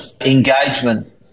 engagement